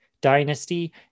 dynasty